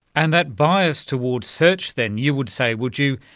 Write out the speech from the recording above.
and that bias towards search then you would say, would you,